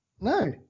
No